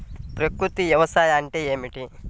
ప్రకృతి వ్యవసాయం అంటే ఏమిటి?